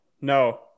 no